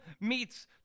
meets